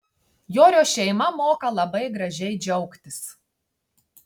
jorio šeima moka labai gražiai džiaugtis